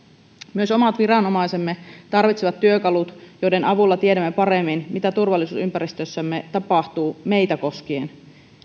myös omat viranomaisemme tarvitsevat työkalut joiden avulla tiedämme paremmin mitä turvallisuusympäristössämme tapahtuu meitä koskien